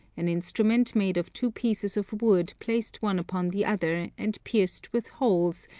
an instrument made of two pieces of wood placed one upon the other and pierced with holes,